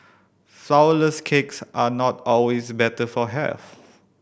flourless cakes are not always better for health